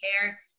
care